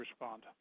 respond